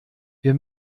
wir